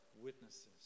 witnesses